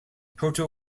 proto